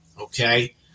okay